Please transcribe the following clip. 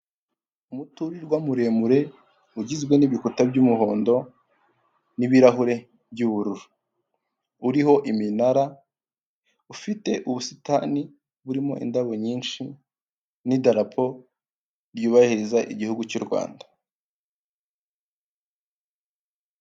Umuturirwa muremure ugizwe n'ibikuta by'umuhondo, n'ibirahure by'ubururu. Uriho iminara, ufite ubusitani burimo indabo nyinshi, n'idarapo ryubahiriza igihugu cy'u Rwanda.